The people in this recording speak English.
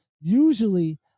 usually